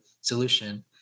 solution